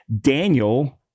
Daniel